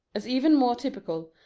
as even more typical,